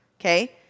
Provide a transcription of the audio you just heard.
okay